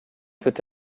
peut